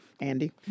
Andy